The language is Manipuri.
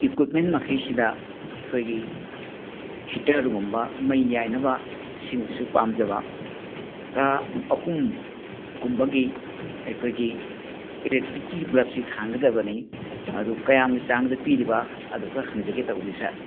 ꯏꯀ꯭ꯋꯤꯞꯃꯦꯟ ꯃꯈꯩꯁꯤꯗ ꯑꯩꯈꯣꯏꯒꯤ ꯍꯤꯇꯔꯒꯨꯝꯕ ꯃꯩ ꯌꯥꯏꯅꯕ ꯁꯤꯃꯁꯨ ꯄꯥꯝꯖꯕ ꯈꯔ ꯑꯍꯨꯝꯒꯨꯝꯕꯒꯤ ꯑꯩꯈꯣꯏꯒꯤ ꯏꯂꯦꯛꯇ꯭ꯔꯤꯛꯀꯤ ꯕ꯭ꯂꯕꯁꯤ ꯊꯥꯟꯒꯗꯕꯅꯤ ꯑꯗꯨ ꯀꯌꯥꯝꯒꯤ ꯆꯥꯡꯗ ꯄꯤꯔꯤꯕ ꯑꯗꯨ ꯈꯔ ꯍꯪꯖꯒꯦ ꯇꯧꯕꯅꯤ ꯁꯥꯔ